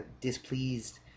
displeased